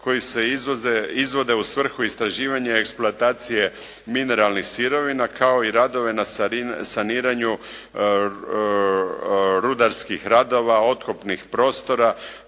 koji se izvode u svrhu istraživanja i eksploatacije mineralnih sirovina kao i radove na saniranju rudarskih radova, otkopnih prostora